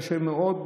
קשה מאוד,